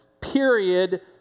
period